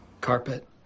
carpet